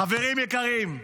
חברים יקרים,